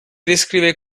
descrive